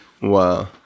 Wow